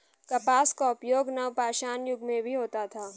कपास का उपयोग नवपाषाण युग में भी होता था